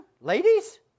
ladies